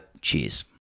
cheers